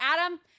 Adam